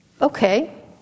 okay